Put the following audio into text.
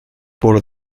por